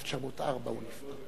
ב-1904 הוא נפטר.